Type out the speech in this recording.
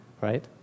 right